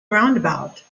roundabout